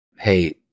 Hey